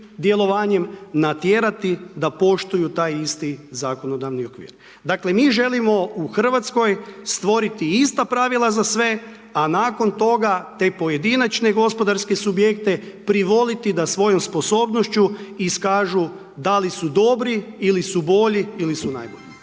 djelovanjem natjerati da poštuju taj isti zakonodavni okvir. Dakle, mi želimo u Hrvatskoj stvoriti ista pravila za sve, a nakon toga te pojedinačne gospodarske subjekte privoliti da svojom sposobnošću iskažu da li su dobri ili su bolji ili su najbolji.